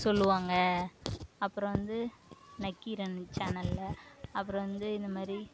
சொல்வாங்க அப்றம் வந்து நக்கீரன் சேனலில் அப்றம் வந்து இந்த மாதிரி